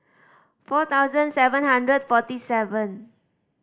four thousand seven hundred forty seven